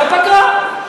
בפגרה.